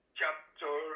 chapter